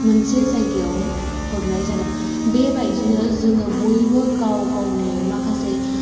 मोनसे जायगायाव हरनाय जादों बे बायदिनो जोङो बयबो गाव गावनि माखासे